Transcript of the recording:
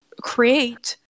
create